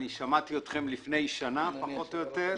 שמעתי אתכם לפני שנה פחות או יותר,